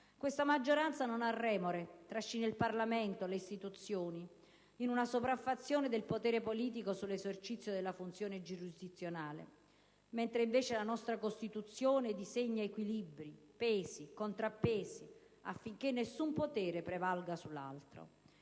Questa maggioranza non ha remore: trascina il Parlamento e le istituzioni nella sopraffazione del potere politico sull'esercizio della funzione giurisdizionale, mentre la nostra Costituzione disegna equilibri di pesi e contrappesi tra i poteri e le istituzioni affinché nessun potere prevalga sull'altro.